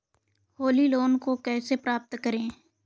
Holi loan को कैसे प्राप्त करें?